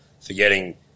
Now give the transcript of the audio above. forgetting